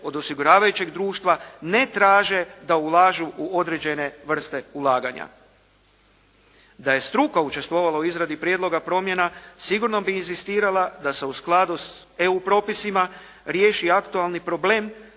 od osiguravajućeg društva ne traže da ulažu u određene vrste ulaganja." Da je struka učestvovala u izradi prijedloga promjena, sigurno bi inzistirala da se u skladu s EU propisima riješi aktualni problem,